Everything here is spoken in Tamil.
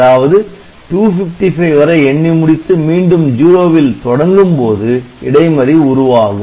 அதாவது 255 வரை எண்ணி முடித்து மீண்டும் 0 வில் தொடங்கும் போது இடைமறி உருவாகும்